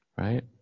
Right